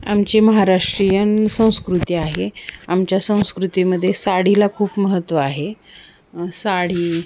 आमची महाराष्ट्रीयन संस्कृती आहे आमच्या संस्कृतीमध्ये साडीला खूप महत्त्व आहे साडी